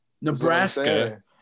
nebraska